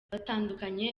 batandukanye